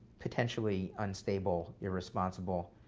potentially unstable, irresponsible,